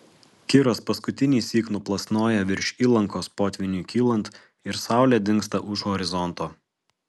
kiras paskutinįsyk nuplasnoja virš įlankos potvyniui kylant ir saulė dingsta už horizonto